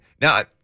Now